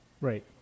Right